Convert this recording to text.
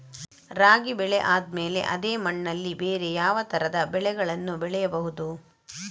ರಾಗಿ ಬೆಳೆ ಆದ್ಮೇಲೆ ಅದೇ ಮಣ್ಣಲ್ಲಿ ಬೇರೆ ಯಾವ ತರದ ಬೆಳೆಗಳನ್ನು ಬೆಳೆಯಬಹುದು?